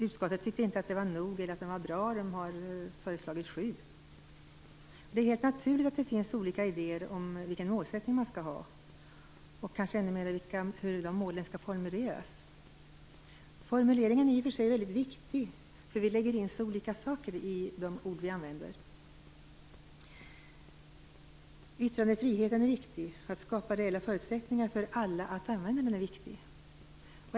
Utskottet tyckte inte att det var bra nog, utan har föreslagit sju mål. Det är helt naturligt att det finns olika idéer om vilken målsättning man skall ha, och kanske ännu fler om hur de målen skall formuleras. Formuleringen är i och för sig väldigt viktig, därför att vi lägger in så olika saker i de ord vi använder. Yttrandefriheten är det första viktiga målet, och det är viktigt att skapa reella förutsättningar för alla att använda den.